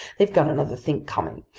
they've got another think coming!